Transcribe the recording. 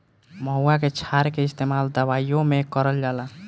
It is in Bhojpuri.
महुवा के क्षार के इस्तेमाल दवाईओ मे करल जाला